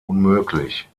unmöglich